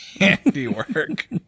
handiwork